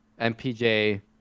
MPJ